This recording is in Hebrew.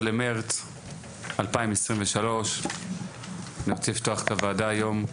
15 במרץ 2023. אני רוצה לפתוח את הוועדה היום.